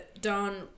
Don